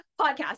podcast